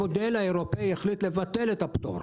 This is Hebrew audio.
המודל האירופאי החליט לבטל את הפטור,